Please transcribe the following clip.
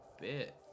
bit